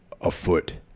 afoot